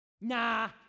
Nah